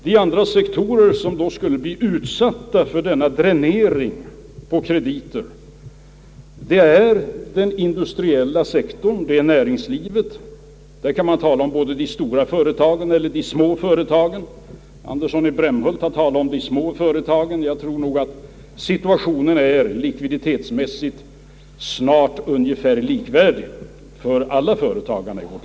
Den andra sektor som då skulle bli utsatt för dränering på krediter är den industriella sektorn, näringslivet. Där kan man tala om både de stora företagen och de små företagen. Herr Andersson i Brämhult talade nyss om de små företagen, jag tror nog att situationen likviditetsmässigt är ungefär likvärdig för alla företag i vårt land.